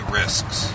risks